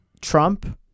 Trump-